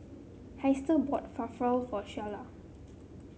Hester bought Falafel for Shiela